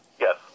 Yes